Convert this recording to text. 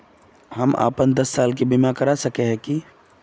हम अपन दस साल के बीमा करा सके है की?